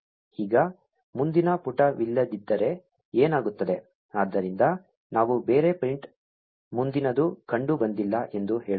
ಈಗ ಮುಂದಿನ ಪುಟವಿಲ್ಲದಿದ್ದರೆ ಏನಾಗುತ್ತದೆ ಆದ್ದರಿಂದ ನಾವು ಬೇರೆ ಪ್ರಿಂಟ್ ಮುಂದಿನದು ಕಂಡುಬಂದಿಲ್ಲ ಎಂದು ಹೇಳುತ್ತೇವೆ